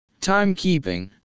timekeeping